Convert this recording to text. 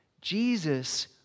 jesus